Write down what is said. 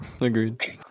Agreed